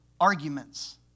arguments